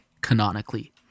canonically